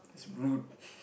that's rude